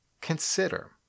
consider